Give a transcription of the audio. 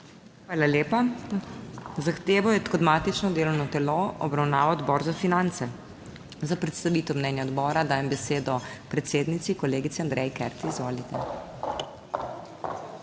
Hvala lepa. Zahtevo je kot matično delovno telo obravnaval Odbor za finance. Za predstavitev mnenja odbora dajem besedo predsednici, kolegici Andreji Kert. Izvolite.